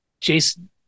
Jason